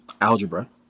algebra